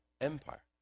empire